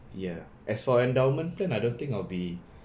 ya as for endowment plan I don't think I'll be